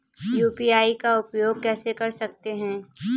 UPI का उपयोग कैसे कर सकते हैं?